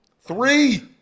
Three